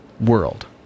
world